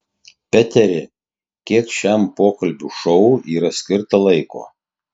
peteri kiek šiam pokalbių šou yra skirta laiko